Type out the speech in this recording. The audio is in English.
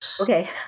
Okay